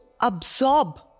absorb